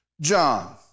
John